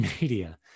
media